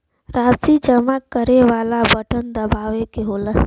राशी जमा करे वाला बटन दबावे क होला